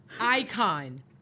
icon